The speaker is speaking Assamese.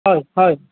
হয় হয়